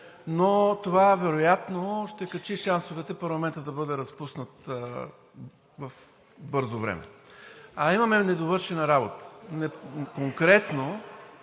но това вероятно ще качи шансовете парламентът да бъде разпуснат в бързо време, а имаме недовършена работа. Конкретно